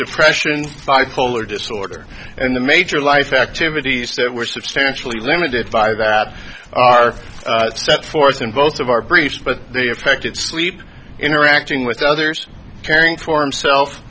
depression bipolar disorder and the major life activities that were substantially limited by that are set forth in both of our briefs but they affect it sleep interacting with others caring for himself